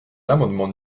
l’amendement